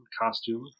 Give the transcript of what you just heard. costume